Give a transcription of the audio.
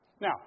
Now